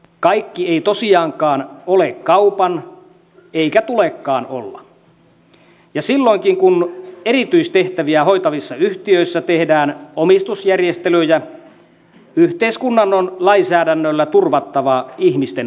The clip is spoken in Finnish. kaikki ei tosiaankaan ole kaupan eikä tulekaan olla ja silloinkin kun erityistehtäviä hoitavissa yhtiöissä tehdään omistusjärjestelyjä yhteiskunnan on lainsäädännöllä turvattava ihmisten palvelut